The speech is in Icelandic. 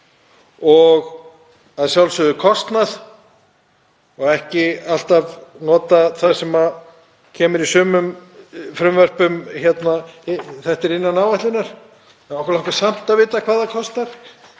og að sjálfsögðu kostnað og ekki alltaf notað það sem kemur í sumum frumvörpum, „þetta er innan áætlunar“ — okkur langar samt að vita hvað það kostar